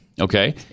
Okay